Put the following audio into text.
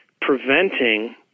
preventing